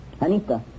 Anita